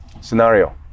scenario